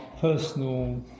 personal